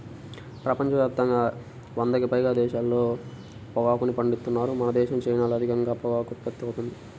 ప్రపంచ యాప్తంగా వందకి పైగా దేశాల్లో పొగాకుని పండిత్తన్నారు మనదేశం, చైనాల్లో అధికంగా పొగాకు ఉత్పత్తి అవుతుంది